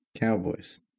Cowboys